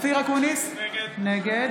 נגד